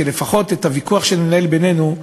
שלפחות את הוויכוח שננהל בינינו,